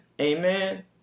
Amen